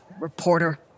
Reporter